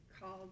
called